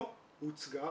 הייתה